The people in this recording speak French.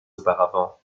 auparavant